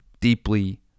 deeply